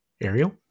Ariel